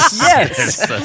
Yes